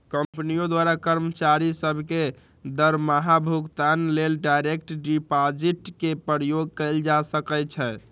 कंपनियों द्वारा कर्मचारि सभ के दरमाहा भुगतान लेल डायरेक्ट डिपाजिट के प्रयोग कएल जा सकै छै